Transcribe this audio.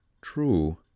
True